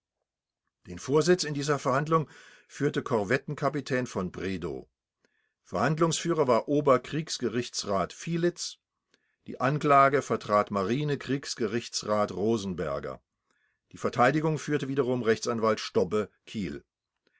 den vorsitz in dieser verhandlung führte korvettenkapitän v bredow verhandlungsführer war ober kriegsgerichtsrat fielitz die anklage vertrat marine kriegsgerichtsrat rosenberger die verteidigung führte wiederum rechtsanwalt stobbe kiel der